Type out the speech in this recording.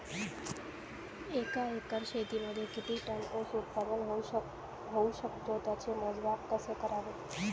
एका एकर शेतीमध्ये किती टन ऊस उत्पादन होऊ शकतो? त्याचे मोजमाप कसे करावे?